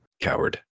Coward